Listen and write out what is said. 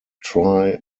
try